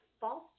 false